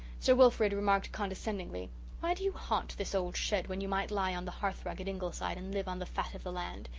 sir wilfrid remarked condescendingly why do you haunt this old shed when you might lie on the hearthrug at ingleside and live on the fat of the land?